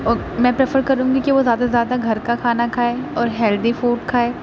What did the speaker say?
اور میں پریفر کروں گی کہ وہ زیادہ سے زیادہ گھر کا کھانا کھائے اور ہیلدی فوڈ کھائے